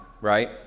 right